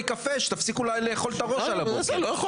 קפה שתפסיקו לאכול את הראש על הבוקר.